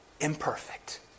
imperfect